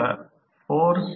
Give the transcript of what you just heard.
तर Rf smaller Rf